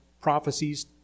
prophecies